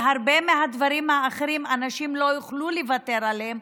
הרבה מהדברים האחרים, אנשים לא יוכלו לוותר עליהם,